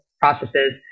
processes